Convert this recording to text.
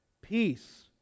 Peace